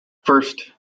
first